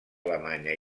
alemanya